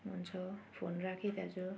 हुन्छ फोन राखेँ दाजु